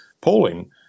polling